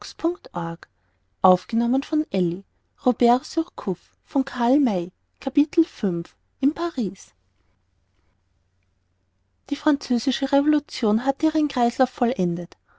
in paris die französische revolution hatte ihren kreislauf vollendet